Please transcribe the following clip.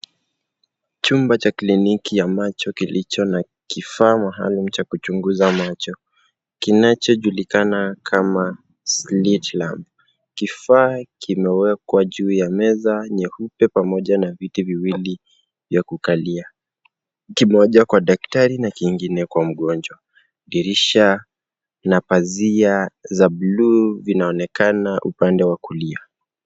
Chumba cha kliniki ya macho kilicho na kifaa maalum cha kuchunguza macho kinacho julikana kama slit lamp . Kifaa kimewekwa juu ya meza nyeupe pamoja na viti viwili vya kukalia, kimoja kwa daktari na kingine kwa mgonjwa. Dirisha na pazia za buluu zinaonekana upande wa kulia.